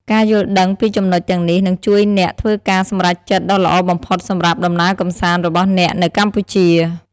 ការយល់ដឹងពីចំណុចទាំងនេះនឹងជួយអ្នកធ្វើការសម្រេចចិត្តដ៏ល្អបំផុតសម្រាប់ដំណើរកម្សាន្តរបស់អ្នកនៅកម្ពុជា។